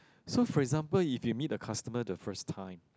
so for example if you meet a customer the first time